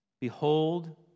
Behold